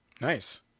Nice